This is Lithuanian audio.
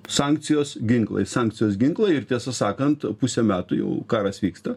sankcijos ginklai sankcijos ginklai ir tiesą sakant pusę metų jau karas vyksta